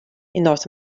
north